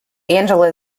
angela